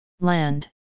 Land